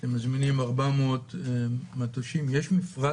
אתם מזמינים 400 מטושים, יש מפרט